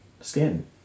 skin